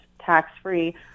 tax-free